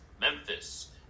Memphis